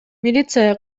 милиция